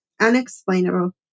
Unexplainable